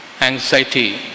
anxiety